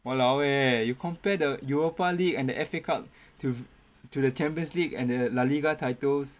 !walao! eh you compare the europa league and the F_A cup to to the champions league and the la liga titles